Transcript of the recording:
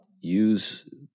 use